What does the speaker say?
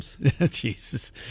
Jesus